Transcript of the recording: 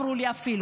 אמרו לי אפילו.